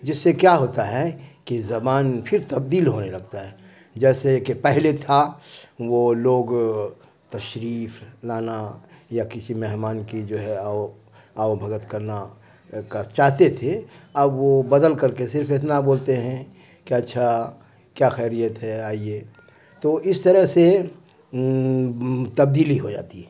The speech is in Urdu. جس سے کیا ہوتا ہے کہ زبان پھر تبدیل ہونے لگتا ہے جیسے کہ پہلے تھا وہ لوگ تشریف لانا یا کسی مہمان کی جو ہے آؤ آؤ بھگت کرنا چاہتے تھے اب وہ بدل کر کے صرف اتنا بولتے ہیں کہ اچھا کیا خیریت ہے آئیے تو اس طرح سے تبدیلی ہو جاتی ہے